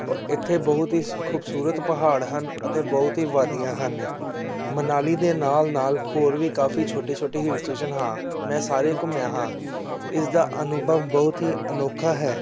ਇੱਥੇ ਬਹੁਤ ਹੀ ਖੂਬਸੂਰਤ ਪਹਾੜ ਹਨ ਅਤੇ ਬਹੁਤ ਹੀ ਵਾਦੀਆਂ ਹਨ ਮਨਾਲੀ ਦੇ ਨਾਲ ਨਾਲ ਹੋਰ ਵੀ ਕਾਫੀ ਛੋਟੇ ਛੋਟੇ ਹਿੱਲ ਸਟੇਸ਼ਨ ਹਾਂ ਮੈਂ ਸਾਰੇ ਘੁੰਮਿਆ ਹਾਂ ਇਸ ਦਾ ਅਨੁਭਵ ਬਹੁਤ ਹੀ ਅਨੋਖਾ ਹੈ